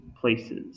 places